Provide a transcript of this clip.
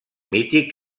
mític